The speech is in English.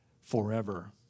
forever